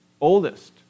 oldest